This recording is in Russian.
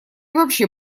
вообще